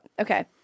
okay